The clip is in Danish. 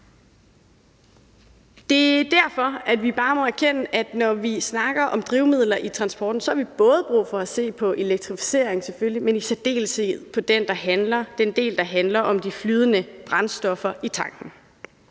Det er derfor, at vi bare må erkende, at vi, når vi snakker om drivmidler i transporten, har brug for at se på både elektrificering, selvfølgelig, men i særdeleshed også på den del, der handler om de flydende brændstoffer i tanken.